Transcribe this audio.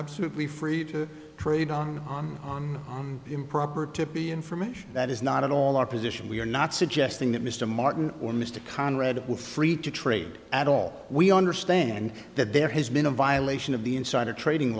absolutely free to trade on on on on improper tippi information that is not at all our position we're not suggesting that mr martin or mr conrad were free to trade at all we understand that there has been a violation of the insider trading